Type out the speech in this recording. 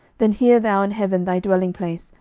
then hear thou in heaven thy dwelling place,